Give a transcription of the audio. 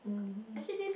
mmhmm